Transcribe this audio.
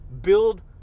build